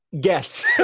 guess